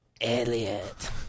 Elliot